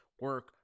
Work